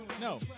No